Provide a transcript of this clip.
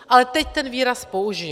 Ale teď ten výraz použiji.